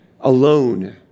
Alone